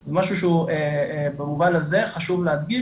זה משהו שבמובן הזה חשוב להדגיש,